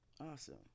Awesome